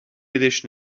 edition